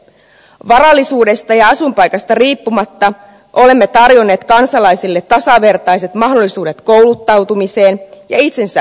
varallisuudesta ja asuinpaikasta riippumatta olemme tarjonneet kansalaisille tasavertaiset mahdollisuudet kouluttautumiseen ja itsensä sivistämiseen